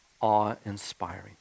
awe-inspiring